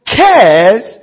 cares